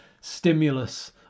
stimulus